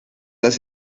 las